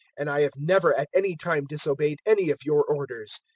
and i have never at any time disobeyed any of your orders,